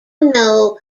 know